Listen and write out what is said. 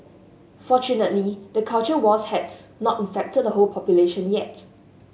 fortunately the culture wars has not infected the whole population yet